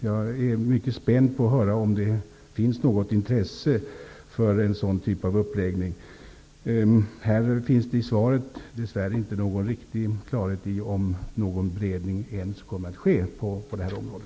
Jag är mycket spänd på att höra om det finns något intresse för en sådan typ av uppläggning. I svaret finns det dess värre inte någon riktig klarhet i om någon beredning ens kommer att ske på detta område.